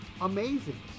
amazing